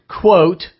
quote